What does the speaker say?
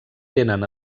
tenen